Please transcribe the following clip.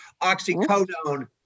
oxycodone